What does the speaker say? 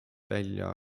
välja